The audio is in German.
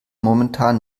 momentan